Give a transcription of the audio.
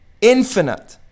infinite